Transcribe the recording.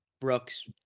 Brooks